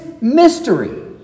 mystery